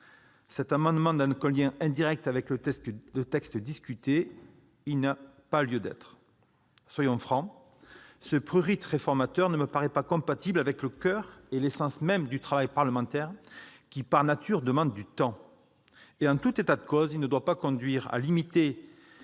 Cet amendement n'a qu'un lien indirect avec le texte discuté ? Il n'a pas lieu d'être ! Soyons francs, ce prurit réformateur ne me paraît pas compatible avec le coeur et l'essence même du travail parlementaire qui, par nature, demande du temps. En tout état de cause, il ne doit pas conduire à limiter